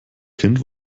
kind